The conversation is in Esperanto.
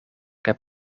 kaj